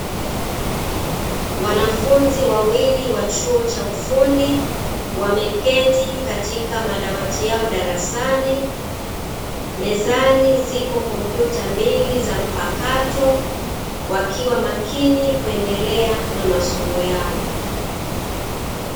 Wanafunzi wawili wa chuo cha ufundi wameketi katika madawati yao darasani, mezani zipo kompyuta mbili za mpakato wakiwa makini kuendelea na masomo yao.